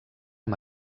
amb